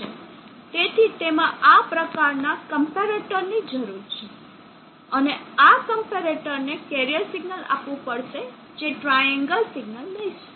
તેથી તેમાં આ પ્રકારના કમ્પેરેટર ની જરૂર છે અને આ કમ્પેરેટર ને કેરિયર સિગ્નલ આપવું પડશે જે ટ્રાએન્ગલ સિગ્નલ લઈશું